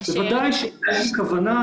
בוודאי שאין כוונה,